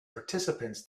participants